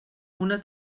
una